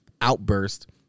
outburst